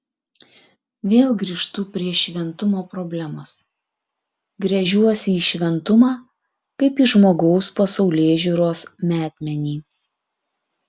vėl grįžtu prie šventumo problemos gręžiuosi į šventumą kaip į žmogaus pasaulėžiūros metmenį